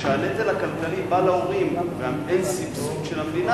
כשהנטל הכלכלי על ההורים ואין סבסוד של המדינה,